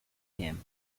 him